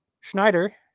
schneider